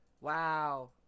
Wow